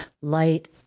light